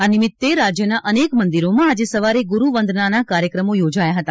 આ નિમિત્તે રાજ્યના અનેક મંદિરોમાં આજે સવારે ગુરુવંદનાના કાર્યક્રમો યોજાયા હતા